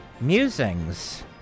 musings